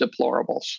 deplorables